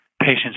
patients